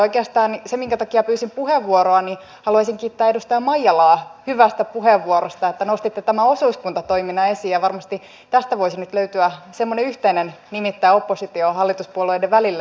oikeastaan syy siihen minkä takia pyysin puheenvuoroa on että haluaisin kiittää edustaja maijalaa hyvästä puheenvuorosta että nostitte tämän osuuskuntatoiminnan esiin ja varmasti tästä voisi nyt löytyä semmoinen yhteinen nimittäjä opposition ja hallituspuolueiden välille